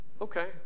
okay